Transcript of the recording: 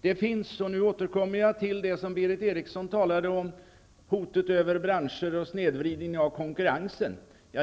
Det finns -- och nu återkommer jag till det som Berith Eriksson talade om -- ett hot mot branscher och snedvridning av konkurrensförhållanden.